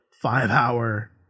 five-hour